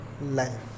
life